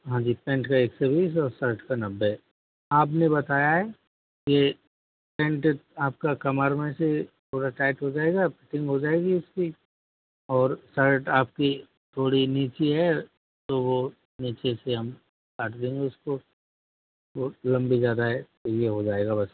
हाँ जी पेंट का एक सौ बीस ओर शर्ट का नब्बे आप ने बताया हैं कि पेंट आपकी कमर में से थोड़ी टाइट हो जाएगी फिटिंग हो जाएगी इसकी और शर्ट आपकी थोड़ा नीचे है तो वो नीचे से हम काट देंगे उसको बहुत लंबी ज़्यादा है ये हो जाएगा बस